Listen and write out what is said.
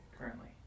Currently